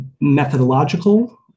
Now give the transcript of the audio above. methodological